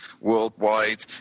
worldwide